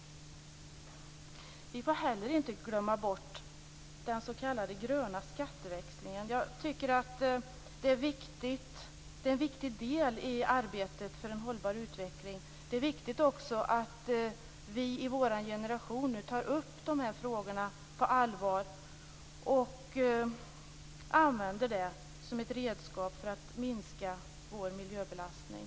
Vi får heller inte glömma bort den s.k. gröna skatteväxlingen. Jag tycker att det är en viktig del i arbetet för en hållbar utveckling. Det är också viktigt att vi i vår generation nu tar upp dessa frågor på allvar och använder detta som ett redskap för att minska vår miljöbelastning.